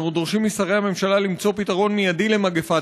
אנחנו דורשים משרי הממשלה למצוא פתרון מיידי למגפת